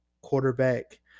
quarterback